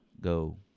Go